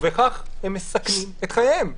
ובכך הם מסכנים את חייהם.